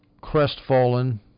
crestfallen